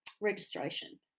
registration